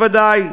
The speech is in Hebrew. בוודאי.